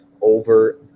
over